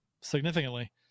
significantly